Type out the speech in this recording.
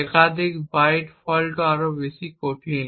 একাধিক byte fault আরও কঠিন